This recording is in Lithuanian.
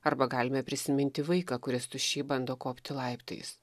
arba galime prisiminti vaiką kuris tuščiai bando kopti laiptais